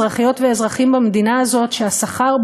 של כל אזרח ואזרחית במדינת ישראל,